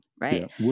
right